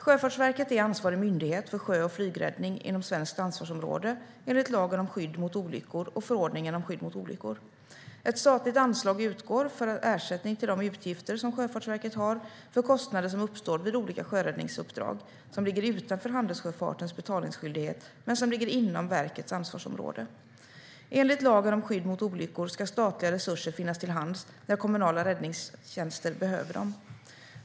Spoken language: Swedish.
Sjöfartsverket är ansvarig myndighet för sjö och flygräddning inom svenskt ansvarsområde enligt lagen om skydd mot olyckor och förordningen om skydd mot olyckor. Ett statligt anslag utgår för ersättning till de utgifter som Sjöfartsverket har för kostnader som uppstår vid olika sjöräddningsuppdrag som ligger utanför handelssjöfartens betalningsskyldighet men som ligger inom verkets ansvarsområde. Enligt lagen om skydd mot olyckor ska statliga resurser finnas till hands när kommunala räddningstjänster behöver dem.